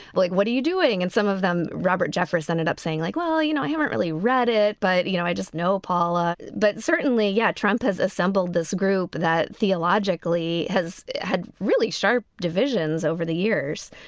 but like what are you doing in some of them. robert jeffress ended up saying like well you know i haven't really read it but you know i just know paula. but certainly yeah. trump has assembled assembled this group that theologically has had really sharp divisions over the years.